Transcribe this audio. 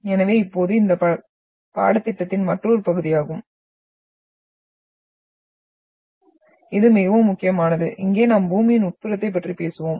எனவே இப்போது இது இந்த பாடத்திட்டத்தின் மற்றொரு பகுதியாகும் இது மிகவும் முக்கியமானது இங்கே நாம் பூமியின் உட்புறத்தைப் பற்றி பேசுவோம்